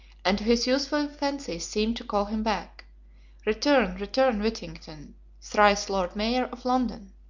and to his youthful fancy seemed to call him back return, return, whittington thrice lord mayor of london.